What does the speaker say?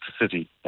City